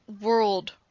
world